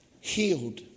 healed